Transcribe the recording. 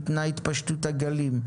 בתנאי התפשטות הגלים,